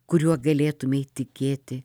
kuriuo galėtumei tikėti